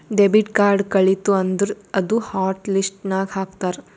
debit card ಕಳಿತು ಅಂದುರ್ ಅದೂ ಹಾಟ್ ಲಿಸ್ಟ್ ನಾಗ್ ಹಾಕ್ತಾರ್